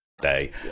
day